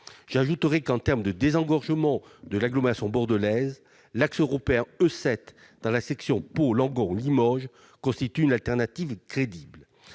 J'ajouterai que, en termes de désengorgement de l'agglomération bordelaise, l'axe européen E7, dans sa section Pau-Langon-Limoges, constitue une alternative crédible.